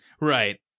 Right